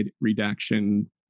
redaction